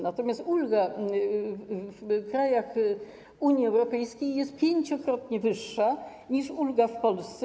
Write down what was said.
Natomiast ulga w krajach Unii Europejskiej jest pięciokrotnie wyższa, niż ulga w Polsce.